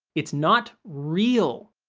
it's not real.